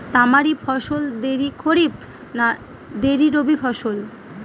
তামারি ফসল দেরী খরিফ না দেরী রবি ফসল?